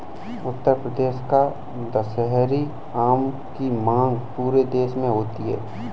उत्तर प्रदेश का दशहरी आम की मांग पूरे देश में होती है